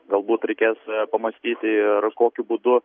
galbūt reikės pamąstyti ir kokiu būdu